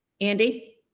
Andy